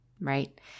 Right